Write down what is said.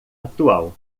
atual